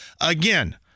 Again